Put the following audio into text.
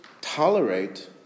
tolerate